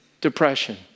depression